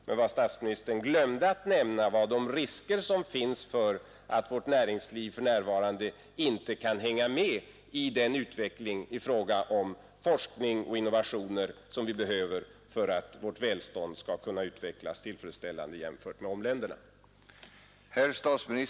Men vad statsministern glömde att nämna var de risker som finns för att vårt näringsliv för närvarande inte kan hänga med i den utveckling i fråga om forskning och innovationer som vi behöver för att vårt välstånd skall kunna utvecklas tillfredsställande jämfört med omländernas.